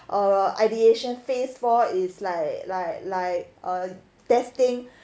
or ideation phase four is like like like err testing